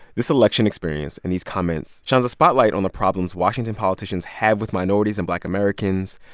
this election experience and these comments shines a spotlight on the problems washington politicians have with minorities and black americans.